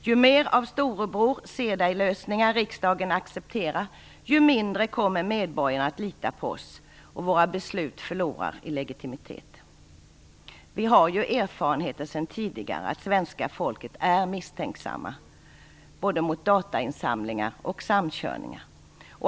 Ju mer av storebror-ser-dig-lösningar som riksdagen accepterar desto mindre kommer medborgarna att lita på oss. Våra beslut förlorar i legitimitet. Våra tidigare erfarenheter säger att svenska folket är misstänksamt mot både datainsamlingar och samkörningar.